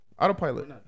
autopilot